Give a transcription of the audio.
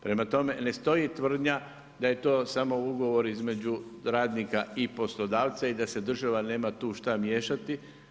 Prema tome, ne stoji tvrdnja da je to samo ugovor između radnika i poslodavca i da se država nema tu šta miješati.